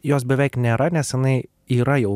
jos beveik nėra nes jinai yra jau